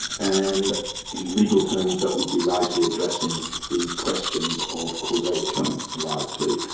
and in legal terms, that would be largely addressing the questions of causation, largely.